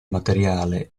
materiale